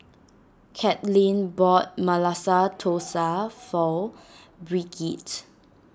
Katlynn bought Masala Dosa for Brigette